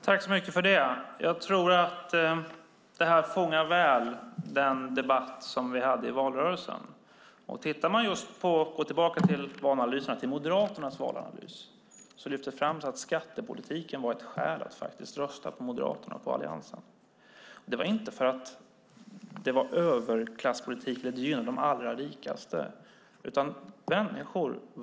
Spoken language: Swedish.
Fru talman! Jag tror att detta väl fångar den debatt vi hade i valrörelsen. I Moderaternas valanalys lyfter man fram att skattepolitiken var ett skäl att rösta på Moderaterna och Alliansen. Det var inte för att det gynnade de allra rikaste.